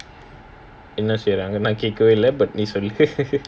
என்ன செய்றாங்கன்னு நான் கேக்கவெ இல்ல நீ சொல்லு:enna seiraanganu naan keakkawe illa nee sollu